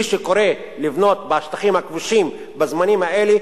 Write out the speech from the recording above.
מי שקורא לבנות בשטחים הכבושים בזמנים האלה,